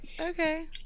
Okay